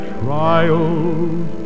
trials